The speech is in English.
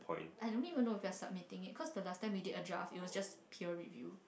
I don't even know if we are submitting it cause the last time we did a draft it was just pure review